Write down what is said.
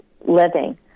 living